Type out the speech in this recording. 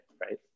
Right